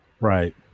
right